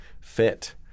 fit